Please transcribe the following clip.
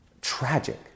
tragic